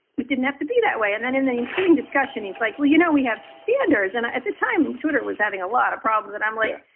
it didn't have to be that way. and then in the ensuing discussion, he's like, well you know, we have standards. and at the time, twitter was having a lot of problems. and i'm like,